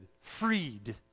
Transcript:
freed